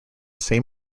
same